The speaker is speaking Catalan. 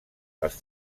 els